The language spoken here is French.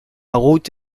route